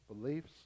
beliefs